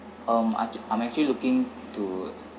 um ac~ I'm actually looking to